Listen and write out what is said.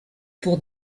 pour